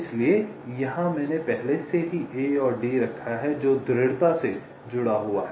इसलिए यहां मैंने पहले से ही A और D रखा है जो दृढ़ता से जुड़ा हुआ है